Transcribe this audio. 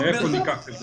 מאיפה ניקח את זה?